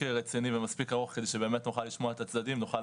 רציני ומספיק ארוך כדי שבאמת נוכל לשמוע את הצדדים ונוכל